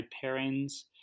parents